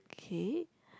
K